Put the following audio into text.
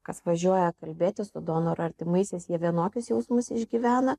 kas važiuoja kalbėtis su donoro artimaisiais jie vienokius jausmus išgyvena